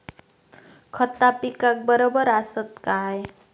खता पिकाक बराबर आसत काय?